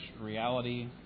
reality